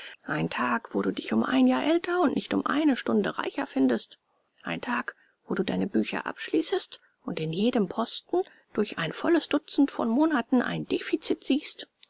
ein tag wo du dich um ein jahr älter und nicht um eine stunde reicher findest ein tag wo du deine bücher abschließest und in jedem posten durch ein volles dutzend von monaten ein deficit siehst